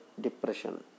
depression